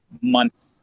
month